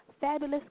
fabulous